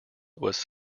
was